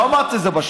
לא אמרת את זה בשנייה.